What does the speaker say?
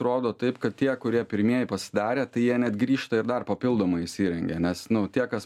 rodo taip kad tie kurie pirmieji pasidarė tai jie net grįžta ir dar papildomai įsirengia nes nu tie kas